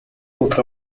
утро